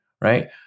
Right